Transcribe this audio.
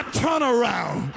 turnaround